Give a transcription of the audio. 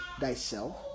thyself